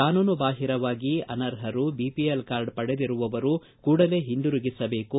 ಕಾನೂನು ಬಾಹಿರವಾಗಿ ಅನರ್ಹರು ಬಿಪಿಎಲ್ ಕಾರ್ಡ್ ಪಡೆದಿರುವವರು ಕೂಡಲೇ ಒಂದಿರುಗಿಸಬೇಕು